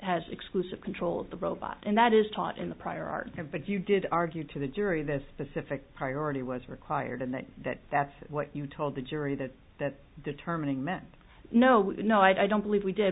has exclusive control of the robot and that is taught in the prior art but you did argue to the jury this specific priority was required and that that that's what you told the jury that that determining meant no no i don't believe we did